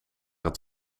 het